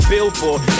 Billboard